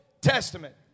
Testament